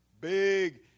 Big